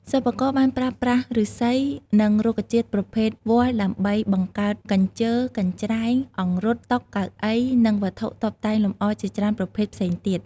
សិប្បករបានប្រើប្រាស់ឫស្សី និងរុក្ខជាតិប្រភេទវល្លិដើម្បីបង្កើត កញ្ជើ កញ្ច្រែង អង្រុត តុ កៅអី និងវត្ថុតុបតែងលម្អជាច្រើនប្រភេទផ្សេងទៀត។